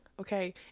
okay